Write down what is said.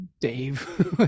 Dave